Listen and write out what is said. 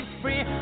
free